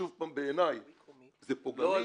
שוב פעם בעיני זה פוגעני,